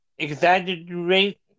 Exaggerate